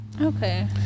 Okay